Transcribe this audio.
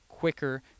Quicker